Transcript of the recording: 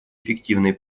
эффективной